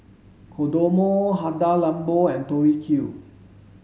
Kodomo Hada Labo and Tori Q